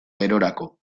gerorako